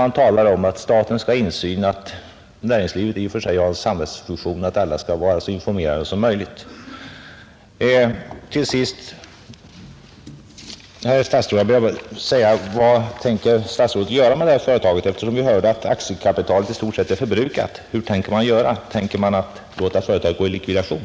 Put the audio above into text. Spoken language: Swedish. Man talar ju gärna om att staten skall ha insyn, att näringslivet i och för sig har en samhällsfunktion och att alla bör vara så informerade som möjligt. Till sist, herr statsråd: Vad tänker statsrådet göra med det här företaget? Vi hörde att aktiekapitalet i stort sett är förbrukat. Tänker man låta företaget gå i likvidation?